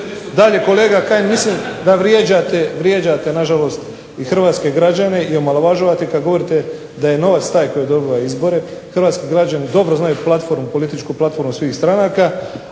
Dalje, kolega Kajin mislim da vrijeđate Hrvatske građane i omalovažavate kada govorite da je novac taj koji dobija izbora, hrvatski građani dobro znaju platformu svih stranaka,